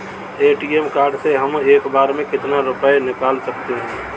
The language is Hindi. ए.टी.एम कार्ड से हम एक बार में कितना रुपया निकाल सकते हैं?